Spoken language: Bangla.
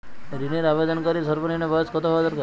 ঋণের আবেদনকারী সর্বনিন্ম বয়স কতো হওয়া দরকার?